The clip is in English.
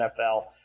NFL